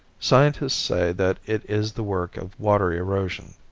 scientists say that it is the work of water erosion,